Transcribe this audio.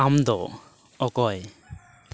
ᱟᱢ ᱫᱚ ᱚᱠᱚᱭ